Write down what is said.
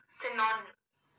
synonyms